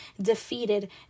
defeated